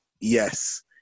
Yes